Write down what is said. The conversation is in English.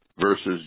versus